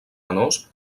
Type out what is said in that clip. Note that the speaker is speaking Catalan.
menors